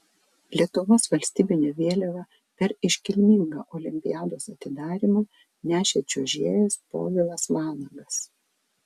lietuvos valstybinę vėliavą per iškilmingą olimpiados atidarymą nešė čiuožėjas povilas vanagas